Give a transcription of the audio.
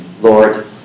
Lord